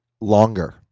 longer